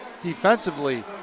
defensively